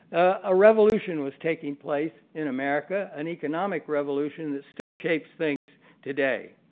a revolution was taking place in america and economic revolution that still shapes things today.